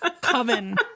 Coven